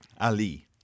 Ali